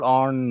on